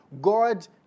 God